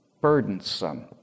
burdensome